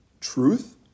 truth